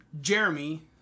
Jeremy